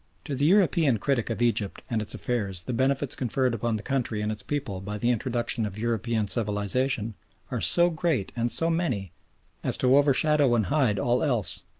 to the european critic of egypt and its affairs the benefits conferred upon the country and its people by the introduction of european civilisation are so great and so many as to overshadow and hide all else.